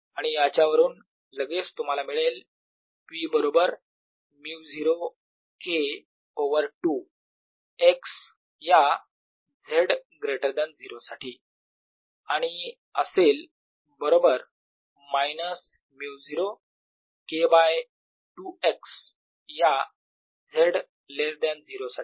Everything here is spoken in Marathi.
आणि याच्यावरून लगेच तुम्हाला मिळेल B बरोबर μ0 K ओवर 2 - x या z ग्रेटर दॅन 0 साठी आणि असेल बरोबर मायनस μ0 K बाय 2 x या z लेस दॅन 0 साठी